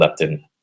leptin